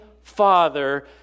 father